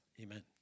Amen